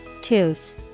Tooth